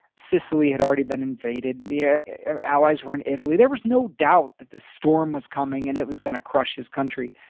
sicily had already been invaded. yeah allies were in italy. there was no doubt that this storm was coming and it was gonna crush his country.